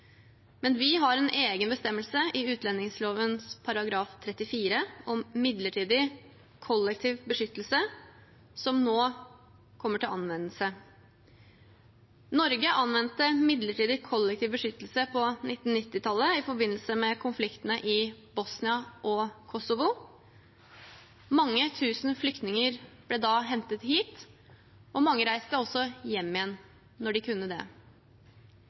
men vi har en egen bestemmelse i utlendingsloven § 34, om midlertidig kollektiv beskyttelse, som nå kommer til anvendelse. Norge anvendte midlertidig kollektiv beskyttelse på 1990-tallet i forbindelse med konfliktene i Bosnia og Kosovo. Mange tusen flyktninger ble da hentet hit, og mange reiste også hjem igjen når de kunne det.